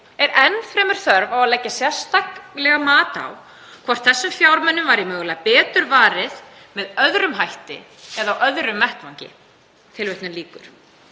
er enn fremur þörf á að leggja sérstaklega mat á hvort þessum fjármunum væri mögulega betur varið með öðrum hætti eða á öðum vettvangi.“ Að lokum